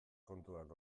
kontuak